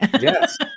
Yes